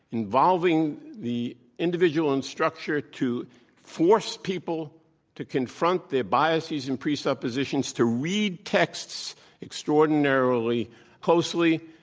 involving the individual instructor to force people to confront their biases and presuppositions, to read texts extraordinarily closely,